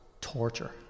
torture